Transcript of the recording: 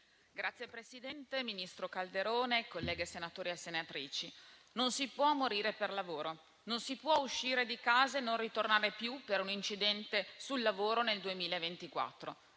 Signor Presidente, ministro Calderone, colleghi senatori e senatrici, non si può morire per il lavoro, non si può uscire di casa e non ritornare più per un incidente sul lavoro nel 2024.